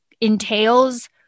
entails